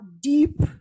deep